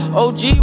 og